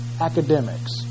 academics